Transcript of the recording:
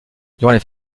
durant